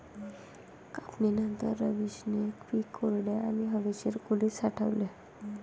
कापणीनंतर, रवीशने पीक कोरड्या आणि हवेशीर खोलीत साठवले